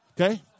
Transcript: Okay